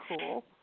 cool